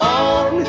on